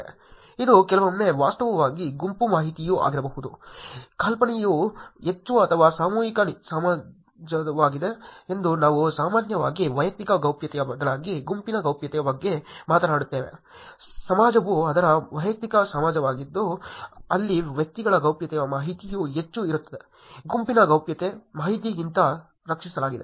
ಇದು ಕೆಲವೊಮ್ಮೆ ವಾಸ್ತವವಾಗಿ ಗುಂಪು ಮಾಹಿತಿಯೂ ಆಗಿರಬಹುದು ಕಲ್ಪನೆಯು ಹೆಚ್ಚು ಅಥವಾ ಸಾಮೂಹಿಕ ಸಮಾಜವಾಗಿದೆ ಎಂದು ನಾವು ಸಾಮಾನ್ಯವಾಗಿ ವೈಯಕ್ತಿಕ ಗೌಪ್ಯತೆಯ ಬದಲಿಗೆ ಗುಂಪಿನ ಗೌಪ್ಯತೆಯ ಬಗ್ಗೆ ಮಾತನಾಡುತ್ತೇವೆ ಸಮಾಜವು ಅದರ ವೈಯಕ್ತಿಕ ಸಮಾಜವಾಗಿದ್ದು ಅಲ್ಲಿ ವ್ಯಕ್ತಿಗಳ ಗೌಪ್ಯತೆಯ ಮಾಹಿತಿಯು ಹೆಚ್ಚು ಇರುತ್ತದೆ ಗುಂಪಿನ ಗೌಪ್ಯತೆ ಮಾಹಿತಿಗಿಂತ ರಕ್ಷಿಸಲಾಗಿದೆ